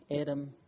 Adam